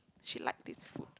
she like this food